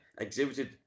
exhibited